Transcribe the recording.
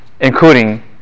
including